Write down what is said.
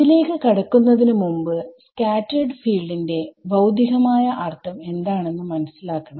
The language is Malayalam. ഇതിലേക്ക് കടക്കുന്നതിന് മുമ്പ് സ്കാറ്റെർഡ് ഫീൽഡിന്റെ ഭൌതികമായ അർഥം എന്താണെന്ന് മനസ്സിലാക്കണം